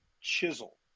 Chisel